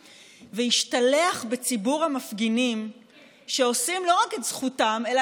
והשתלח בציבור המפגינים שעושים לא רק את זכותם אלא